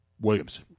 Williams